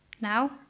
Now